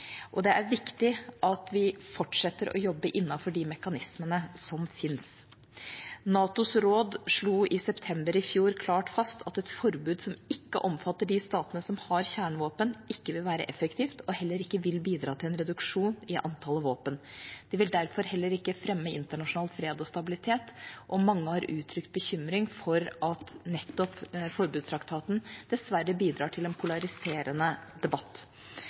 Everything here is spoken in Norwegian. og det er viktig at vi fortsetter å jobbe innenfor de mekanismene som fins. NATOs råd slo i september i fjor klart fast at et forbud som ikke omfatter de statene som har kjernevåpen, ikke vil være effektivt, og heller ikke vil bidra til en reduksjon i antall våpen. Det vil derfor heller ikke fremme internasjonal fred og stabilitet, og mange har uttrykt bekymring for at nettopp forbudstraktaten dessverre bidrar til en polariserende debatt.